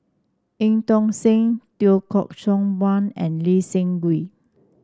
Eu Tong Sen Teo Koh Sock Miang and Lee Seng Wee